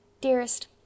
dearest